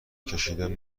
کشیدن